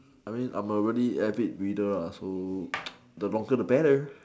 I mean I'm a really avid reader lah so the longer the better